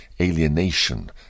alienation